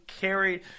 carried